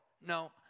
no